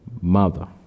mother